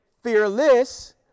fearless